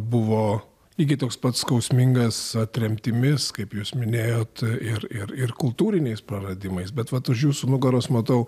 buvo lygiai toks pat skausmingas tremtimis kaip jūs minėjot ir ir ir kultūriniais praradimais bet vat už jūsų nugaros matau